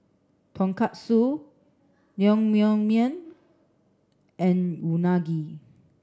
Tonkatsu Naengmyeon and Unagi